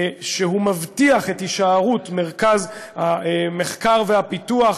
שהוא מבטיח את הישארות מרכז המחקר והפיתוח